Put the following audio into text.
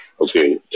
Okay